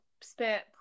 spent